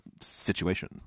situation